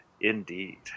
indeed